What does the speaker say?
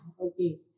okay